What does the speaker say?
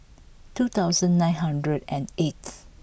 two thousand nine hundred and eighth